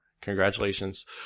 congratulations